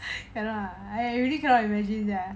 cannot lah I really cannot imagine sia